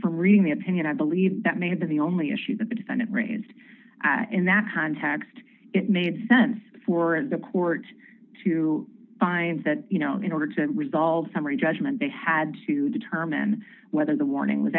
from reading the opinion i believe that may have been the only issue that the defendant raised in that context it made sense for the court to find that you know in order to resolve summary judgment they had to determine whether the warning